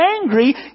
angry